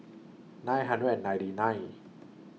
nine hundred and ninety nine